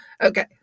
Okay